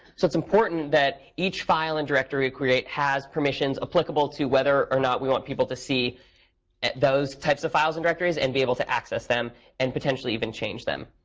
so it's important that, each file and directory we create has permissions applicable to whether or not we want people to see those types of files and directories and be able to access them and potentially even change them.